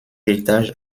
étage